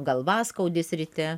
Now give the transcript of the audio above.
galva skaudės ryte